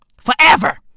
Forever